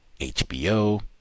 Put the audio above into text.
HBO